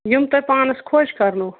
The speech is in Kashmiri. یِم تۄہہِ پانَس خۄش کَرنو